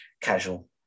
casual